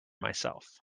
myself